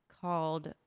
called